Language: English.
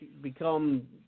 become